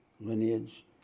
lineage